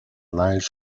lives